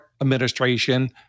administration